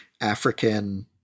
African